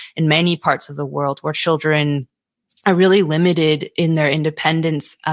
and many parts of the world where children are really limited in their independence.